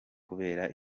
kubera